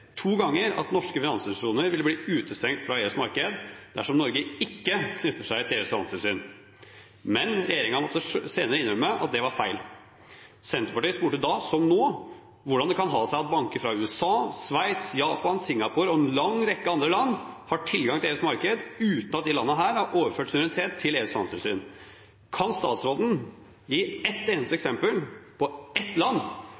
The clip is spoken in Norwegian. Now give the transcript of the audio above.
to ganger at norske finansinstitusjoner vil bli utestengt fra EUs marked dersom Norge ikke knytter seg til EUs finanstilsyn. Men regjeringen måtte senere innrømme at det var feil. Senterpartiet spurte da, som nå, hvordan det kan ha seg at banker fra USA, Sveits, Japan, Singapore og en lang rekke andre land har tilgang til EUs marked uten at disse landene har overført suverenitet til EUs finanstilsyn. Kan statsråden gi ett eneste eksempel på et land